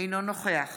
אינו נוכח